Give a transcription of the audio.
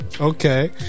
okay